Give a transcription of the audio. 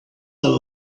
her